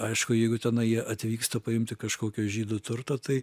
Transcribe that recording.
aišku jeigu tenai jie atvyksta paimti kažkokio žydų turto tai